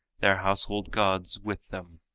their household gods, with them.